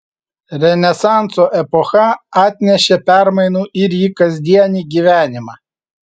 renesanso epocha atnešė permainų ir į kasdienį gyvenimą